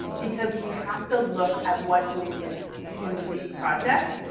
because we have to look at what goes in to to the project.